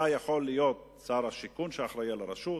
אתה יכול להיות שר השיכון שאחראי על הרשות,